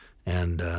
and,